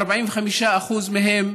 45% מהם